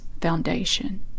Foundation